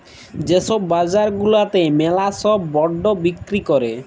যে ছব বাজার গুলাতে ম্যালা ছব বল্ড বিক্কিরি ক্যরে